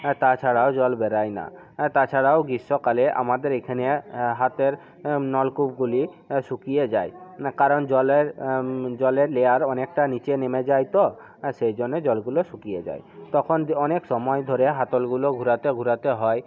আর তাছাড়াও জল বেরয় না তাছাড়াও গ্রীষ্মকালে আমাদের এখানে হাতের নলকূপগুলি শুকিয়ে যায় না কারণ জলের জলের লেয়ার অনেকটা নিচে নেমে যায় তো সেই জন্যই জলগুলো শুকিয়ে যায় তখন অনেক সময় ধরে হাতলগুলো ঘুরাতে ঘুরাতে হয়